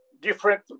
different